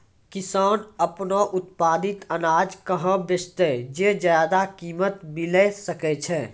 किसान आपनो उत्पादित अनाज कहाँ बेचतै जे ज्यादा कीमत मिलैल सकै छै?